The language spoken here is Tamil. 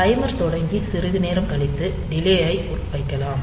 டைமர் தொடங்கி சிறிது நேரம் கழித்து டிலே ஐ வைக்கலாம்